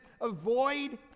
avoid